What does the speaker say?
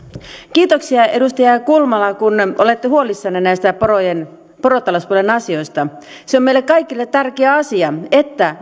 kiitoksia edustaja kulmala kun olette huolissanne näistä porotalouspuolen asioista se on meille kaikille tärkeä asia että